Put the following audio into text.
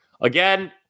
Again